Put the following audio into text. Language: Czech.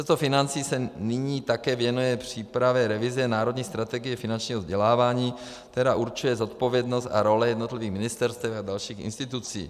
Ministerstvo financí se nyní také věnuje přípravě revize národní strategie finančního vzdělávání, která určuje zodpovědnost a role jednotlivých ministerstev a dalších institucí.